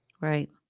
right